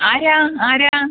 ആരാ ആരാ